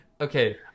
Okay